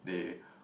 they